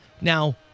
Now